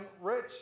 rich